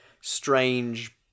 strange